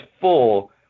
full